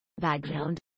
Background